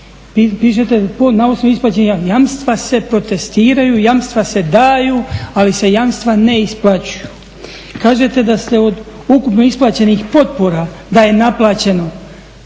Pišete na osnovu isplaćeni, jamstva se protestiraju, jamstva se daju, ali jamstva se ne isplaćuju. Kažete da ste od ukupno isplaćenih potpora da je naplaćeno,